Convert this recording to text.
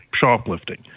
shoplifting